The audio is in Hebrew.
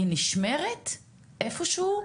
היא נשמרת איפה שהוא?